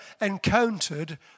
encountered